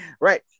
Right